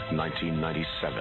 1997